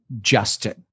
Justin